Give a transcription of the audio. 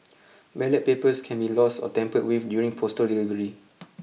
ballot papers can be lost or tampered with during postal delivery